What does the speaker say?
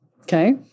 okay